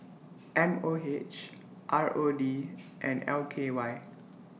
M O H R O D and L K Y